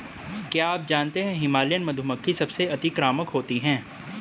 क्या आप जानते है हिमालयन मधुमक्खी सबसे अतिक्रामक होती है?